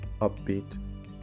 upbeat